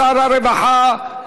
שר הרווחה,